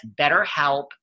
BetterHelp